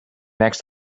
next